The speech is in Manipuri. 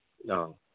ꯑꯥ